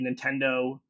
Nintendo